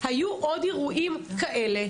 היו עוד אירועים כאלה,